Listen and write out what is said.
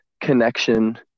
connection